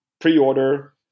pre-order